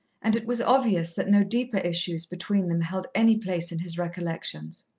and it was obvious that no deeper issues between them held any place in his recollections.